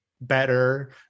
better